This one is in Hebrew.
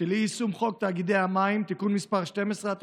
של אי-יישום חוק תאגידי המים (תיקון מס' 12),